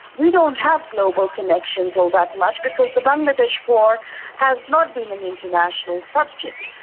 we don't have global connections all that much because the bangladesh war has not been an international subject,